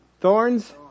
Thorns